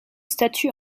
statue